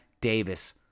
Davis